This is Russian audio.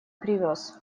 привез